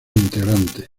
integrantes